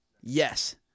yes